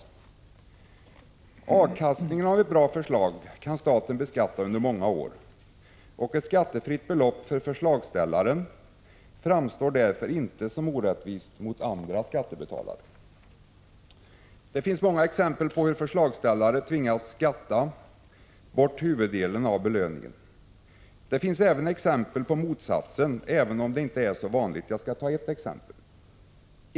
49 Avkastningen av ett bra förslag kan staten beskatta under många år, och ett skattefritt belopp för förslagsställaren framstår därför inte som orättvist mot andra skattebetalare. Det finns många exempel på hur förslagsställare tvingats skatta bort huvuddelen av belöningen. Det finns även exempel på motsatsen, även om de inte är så vanliga. Jag skall ta ett exempel.